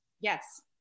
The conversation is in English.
Yes